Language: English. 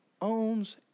owns